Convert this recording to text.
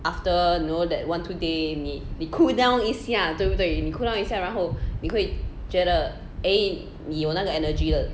after you know that one two day 你你 cool down 一下对不对你 cool down 一下然后你会觉得 eh 你有那个 energy 了